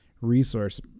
resource